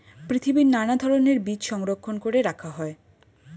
পৃথিবীর নানা ধরণের বীজ সংরক্ষণ করে রাখা হয়